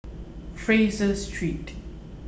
Fraser Street